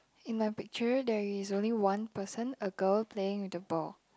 in my picture there is only one person a girl playing with the ball